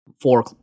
four